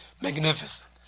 magnificent